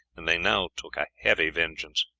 and they now took a heavy vengeance.